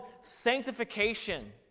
sanctification